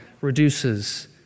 reduces